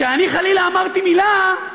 כשאני חלילה אמרתי מילה,